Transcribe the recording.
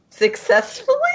successfully